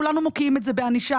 כולנו מוקיעים את זה בענישה,